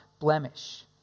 blemish